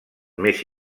més